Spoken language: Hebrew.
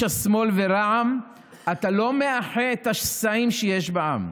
השמאל ורע"מ אתה לא מאחה את השסעים שיש בעם,